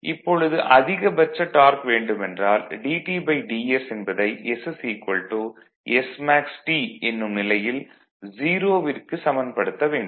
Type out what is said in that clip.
இப்பொழுது அதிகபட்ச டார்க் வேண்டுமென்றால் dTdS என்பதை s smaxT என்னும் நிலையில் 0 விற்கு சமன்படுத்த வேண்டும்